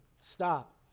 Stop